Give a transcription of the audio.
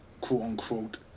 quote-unquote